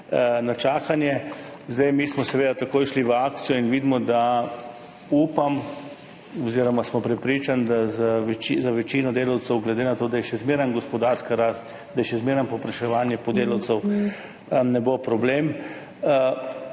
na čakanje. Mi smo seveda takoj šli v akcijo in vidimo oziroma smo prepričani, da za večino delavcev, glede na to, da je še zmeraj gospodarska rast, da je še zmeraj povpraševanje po delavcih, ne bo problema.